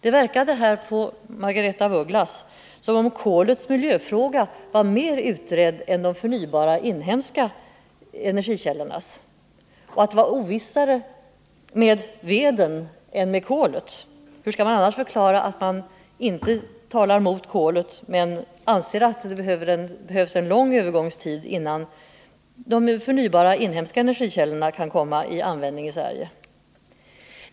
Det verkade på Margaretha af Ugglas som om miljöfrågan när det gäller kolet skulle vara mer utredd än miljöfrågan i samband med de förnybara inhemska energikällorna och att det var ovissare med veden än med kolet. Vilken är annars förklaringen till att man inte talar emot kolet, då man ju anser att det behövs en lång övergångstid, innan de förnybara inhemska energikällorna kan användas i Sverige?